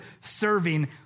serving